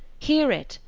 hear it,